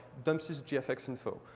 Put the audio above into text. dumpsys gfx info.